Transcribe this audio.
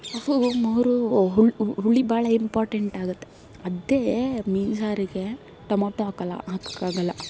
ಅವು ಮೂರು ಹುಳಿ ಹುಳಿ ಭಾಳ ಇಂಪಾರ್ಟೆಂಟ್ ಆಗುತ್ತೆ ಅದೇ ಮೀನು ಸಾರಿಗೆ ಟೊಮೋಟೊ ಹಾಕೋಲ್ಲ ಹಾಕೋಕ್ಕಾಗೋಲ್ಲ